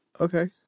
Okay